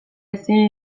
ezin